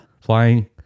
Flying